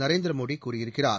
நரேந்திர மோடி கூறியிருக்கிறார்